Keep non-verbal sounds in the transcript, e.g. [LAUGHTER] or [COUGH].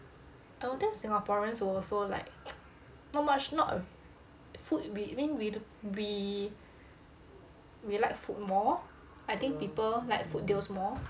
I don't think singaporeans will also like [NOISE] not much not err food we mean we don't we like food more I think people like food deals more